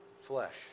flesh